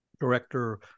director